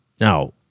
Now